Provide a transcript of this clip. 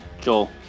Joel